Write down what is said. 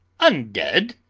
un-dead!